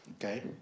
okay